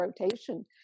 rotation